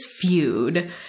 feud